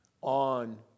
on